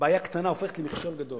בעיה קטנה הופכת למכשול גדול.